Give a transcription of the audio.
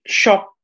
shop